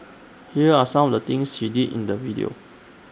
here are some of the things she did in the video